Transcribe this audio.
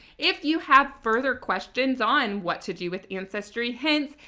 if you have further questions on what to do with ancestry hints,